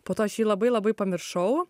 po to aš jį labai labai pamiršau